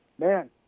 man